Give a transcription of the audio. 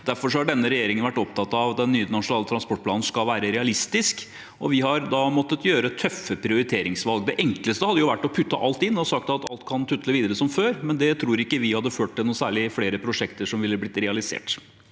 spørretime 2024 ingen vært opptatt av at den nye nasjonale transportplanen skal være realistisk, og vi har da måttet gjøre tøffe prioriteringsvalg. Det enkleste hadde jo vært å putte alt inn og sagt at alt kan tutle videre som før, men det tror ikke vi hadde ført til at noen særlig flere prosjekter ville blitt realisert.